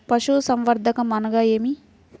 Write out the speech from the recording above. పశుసంవర్ధకం అనగా ఏమి?